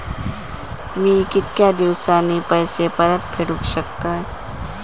मी कीतक्या दिवसांनी पैसे परत फेडुक शकतय?